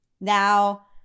Now